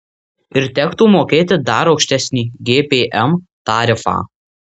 ir tektų mokėti dar aukštesnį gpm tarifą